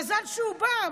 מזל שהוא בא.